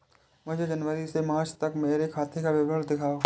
मुझे जनवरी से मार्च तक मेरे खाते का विवरण दिखाओ?